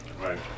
Right